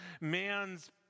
man's